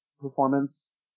performance